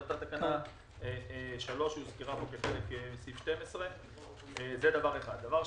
לאותה תקנה 3 שהוזכרה פה כחלק מסעיף 12. דבר שני,